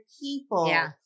people